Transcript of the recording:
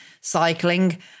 cycling